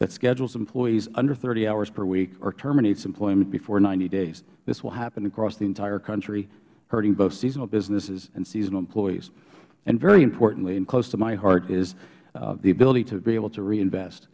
that schedules employees under thirty hours per week or terminates employment before ninety days this will happen across the entire country hurting both seasonal businesses and seasonal employees and very importantly and close to my heart is the ability to be able to reinvest